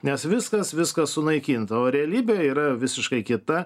nes viskas viskas sunaikinta o realybė yra visiškai kita